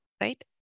right